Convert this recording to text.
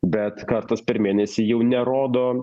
bet kartas per mėnesį jau nerodo